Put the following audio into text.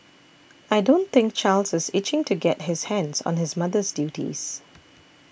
I don't think Charles is itching to get his hands on his mother's duties